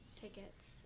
tickets